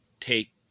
take